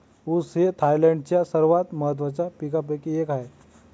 ऊस हे थायलंडच्या सर्वात महत्त्वाच्या पिकांपैकी एक आहे